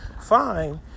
fine